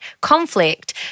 conflict